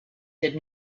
did